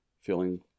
feeling